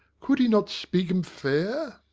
could he not speak em fair?